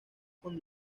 con